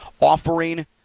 offering